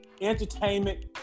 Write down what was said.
entertainment